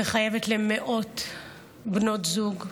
וחייבת למאות בנות זוג,